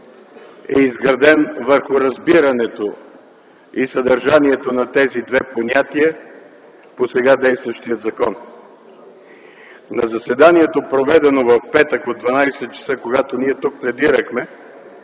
е изграден върху разбирането и съдържанието на тези две понятия по сега действащият закон. На заседанието, проведено в петък от 12,00 ч., когато ние тук пледирахме